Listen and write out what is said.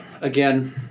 again